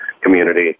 community